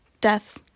death